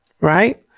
right